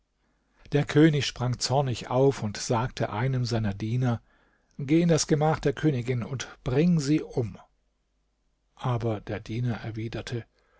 der könig sprang zornig auf und sagte einem seiner diener geh in das gemach der königin und bring sie um aber der diener erwiderte